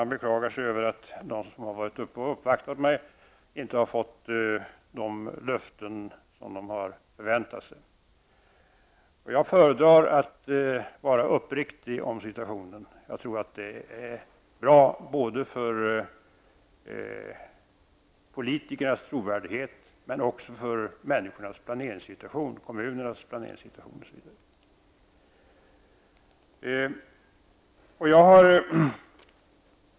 Han beklagar sig över att de som har varit och uppvaktat mig inte har fått de löften som de hade förväntat sig. Jag föredrar att vara uppriktig om situationen. Jag tror att det är bra både för politikers trovärdighet och för människors planeringssituation, kommunernas planeringssituation osv.